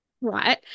right